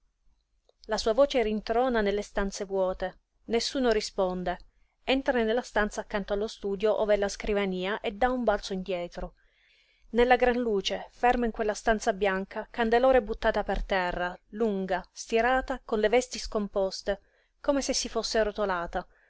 la sua voce rintrona nelle stanze vuote nessuno risponde entra nella stanza accanto allo studio ov'è la scrivania e dà un balzo indietro nella gran luce ferma in quella stanza bianca candelora è buttata per terra lunga stirata con le vesti scomposte come se si fosse rotolata